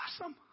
awesome